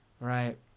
Right